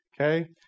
Okay